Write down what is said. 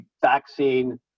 vaccine